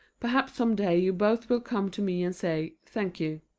perhaps some day you both will come to me and say thank you.